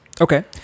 Okay